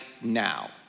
now